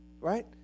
right